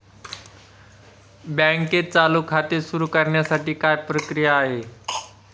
बँकेत चालू खाते सुरु करण्यासाठी काय प्रक्रिया आहे?